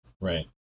Right